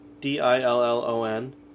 D-I-L-L-O-N